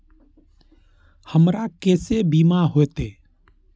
हमरा केसे बीमा होते?